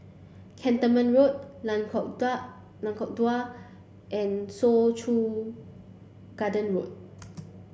Cantonment Road Lengkok Lengkok Dua and Soo Chow Garden Road